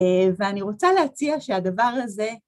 ‫ואני רוצה להציע שהדבר הזה...